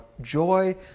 joy